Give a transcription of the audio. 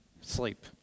Sleep